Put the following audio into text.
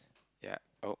ya oh